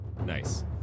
Nice